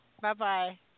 Bye-bye